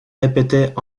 répétaient